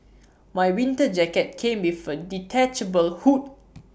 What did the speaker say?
my winter jacket came with A detachable hood